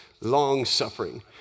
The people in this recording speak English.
long-suffering